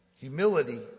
Humility